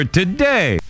today